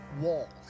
wall